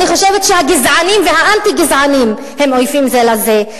אני חושבת שהגזענים והאנטי-גזענים הם אויבים זה לזה,